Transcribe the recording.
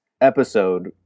episode